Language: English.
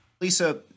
Lisa